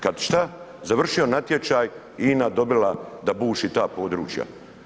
Kad šta, završio natječaj, INA dobila da buši ta područja.